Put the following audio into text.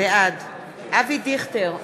בעד אבי דיכטר,